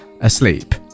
asleep